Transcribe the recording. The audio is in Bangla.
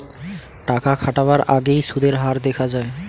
টাকা খাটাবার আগেই সুদের হার দেখা যায়